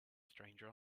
stranger